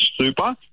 super